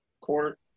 court